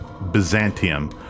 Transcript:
Byzantium